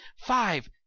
Five